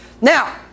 Now